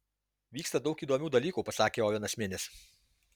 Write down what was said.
vyksta daug įdomių dalykų pasakė ovenas minis